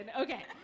Okay